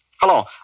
hello